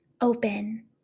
open